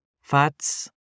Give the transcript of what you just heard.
fats